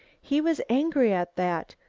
he was angry at that,